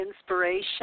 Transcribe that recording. inspiration